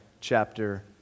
chapter